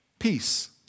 peace